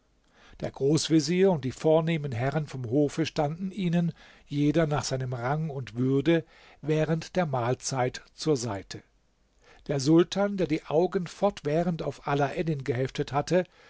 der großvezier und die vornehmen herren vom hofe standen ihnen jeder nach seinem rang und würde während der mahlzeit zur seite der sultan der die augen fortwährend auf alaeddin geheftet hatte